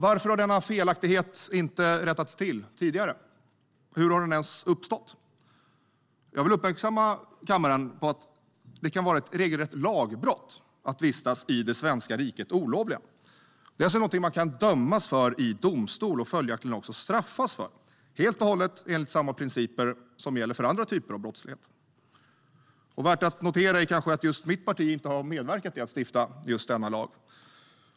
Varför har denna felaktighet inte rättats till tidigare? Hur har den ens uppstått? Jag vill uppmärksamma kammaren på att det kan vara ett regelrätt lagbrott att vistas i det svenska riket olovligen. Det är något man kan dömas för i domstol och följaktligen också straffas för, helt och hållet enligt samma principer som gäller för andra typer av brottslighet. Värt att notera är att mitt parti inte har medverkat till att stifta just denna lag.